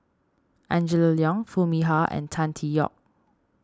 Angela Liong Foo Mee Har and Tan Tee Yoke